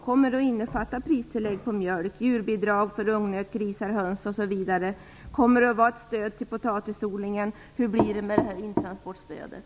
Kommer det att innefatta pristillägg på mjölk, djurbidrag för ungnöt, grisar, höns osv.? Kommer det att vara ett stöd till potatisodlingen? Hur blir det med intransportstödet?